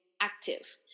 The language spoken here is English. active